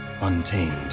Untamed